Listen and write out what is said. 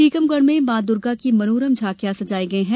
टीकमगढ़ में मां दुर्गा की मनोरम झांकियां सजाई गई हैं